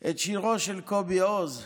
את שירו של קובי אוז,